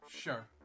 Sure